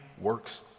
works